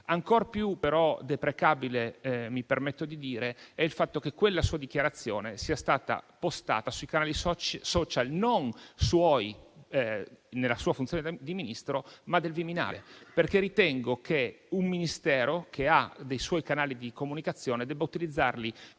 Ancor più deprecabile - mi permetto di dire - è il fatto che quella sua dichiarazione sia stata postata sui canali *social* non suoi, nella sua funzione di Ministro, ma del Viminale, perché ritengo che un Ministero che ha dei suoi canali di comunicazione debba utilizzarli